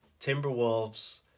timberwolves